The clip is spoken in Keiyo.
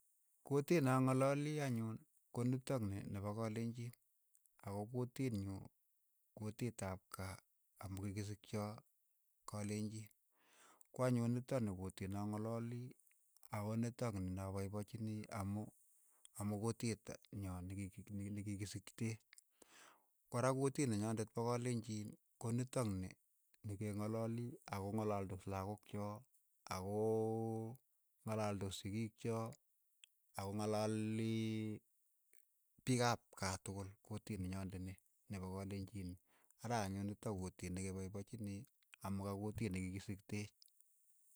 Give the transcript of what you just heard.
Kutit ne ang'alali anyuun ko nitokni nepo kalenjin, ako kutit nyuu kutiit ap kaa ambu kikisikchoo kolenjiin, kwa anyun nitok ni kuutit ne ang'alalii ako nitok ni ne apaipachini amu amu kutit nyo niki ki- ki ni ki ki sikteech, kora kutit ne nyondet pa kalenjin ko nitok ni ne ke ng'alali ako ngalaldos lakok cho akoo ngalaldos sikiik choo, akong'alali piik ap kaa tukul, kutit ne nyondet ni, nepo kalenjin ni, ara anyun nitok kutiit ne kepaipachinii amu ka kutiit ne kikisikteech.